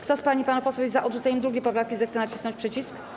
Kto z pań i panów posłów jest za odrzuceniem 2. poprawki, zechce nacisnąć przycisk.